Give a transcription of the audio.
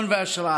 והשראה?